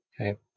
Okay